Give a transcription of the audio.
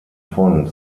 von